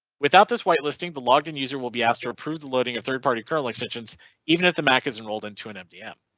without this whitelisting the logged in user will be asked to approve the loading of third party kernel extensions even if the mac is enrolled into an mdm.